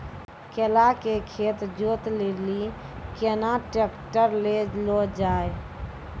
केला के खेत जोत लिली केना ट्रैक्टर ले लो जा?